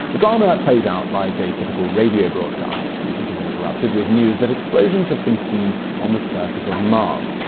the drama plays out like a typical radio broadcast. music is interrupted with news that explosions have been seen on the surface of mars.